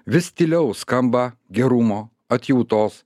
vis tyliau skamba gerumo atjautos